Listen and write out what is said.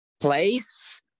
place